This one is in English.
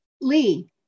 Lee